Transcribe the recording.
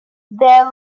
there